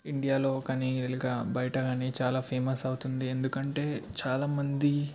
ఇండియాలో కానీ ఇలాగ బయటగానీ చాలా ఫేమస్ అవుతుంది ఎందుకంటే చాలామంది